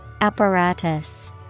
Apparatus